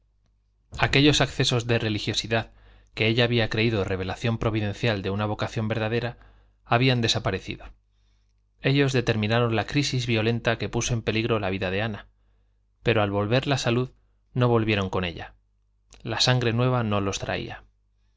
aquellos accesos de religiosidad que ella había creído revelación providencial de una vocación verdadera habían desaparecido ellos determinaron la crisis violenta que puso en peligro la vida de ana pero al volver la salud no volvieron con ella la sangre nueva no los traía